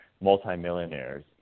multimillionaires